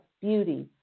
beauty